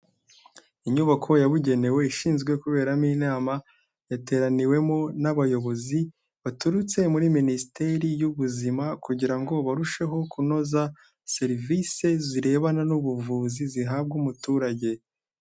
Inyubako yabugenewe ishinzwe kuberamo inama, yateraniwemo n'abayobozi baturutse muri Minisiteri y'Ubuzima kugira ngo barusheho kunoza serivise zirebana n'ubuvuzi zihabwa umuturage.